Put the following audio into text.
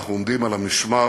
אנחנו עומדים על המשמר